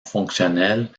fonctionnelle